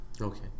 Okay